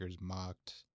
mocked